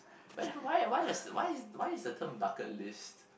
wh~ why what's why is why is term bucket list